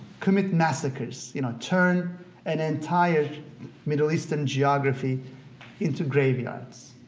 commit massacres, you know turn an entire middle eastern geography into graveyards.